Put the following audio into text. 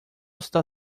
está